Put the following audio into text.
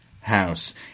house